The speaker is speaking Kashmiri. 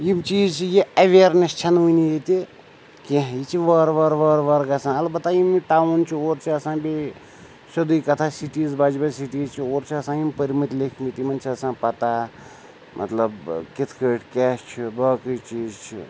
یِم چیٖز چھِ یہِ اٮ۪ویرنٮ۪س چھَنہٕ وٕنہِ ییٚتہِ کینٛہہ یہِ چھِ وارٕ وارٕ وارٕ وارٕ گژھان اَلبَتہ یِم یہِ ٹاوُن چھِ اور چھِ آسان بیٚیہِ سیٚودُے کَتھاہ سِٹیٖز بَجہِ بَجہِ سیٖٹیٖز چھِ اور چھِ آسان یِم پٔرۍمٕتۍ لیٚکھمٕتۍ یِمَن چھِ آسان پَتہ مطلب کِتھ کٔنۍ کیٛاہ چھِ باقٕے چیٖز چھِ